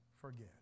forget